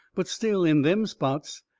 but still, in them spots,